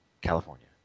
california